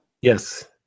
yes